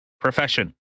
profession